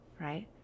right